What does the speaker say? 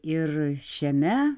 ir šiame